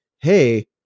hey